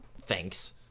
thanks